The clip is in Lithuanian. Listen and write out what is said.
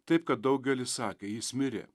taip kad daugelis sakė jis mirė